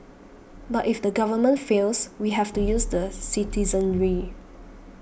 but if the government fails we have to use the citizenry